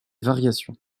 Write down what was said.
variations